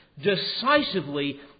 decisively